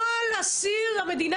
כל אסיר המדינה